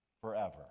forever